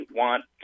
want